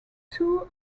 two